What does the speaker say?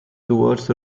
towards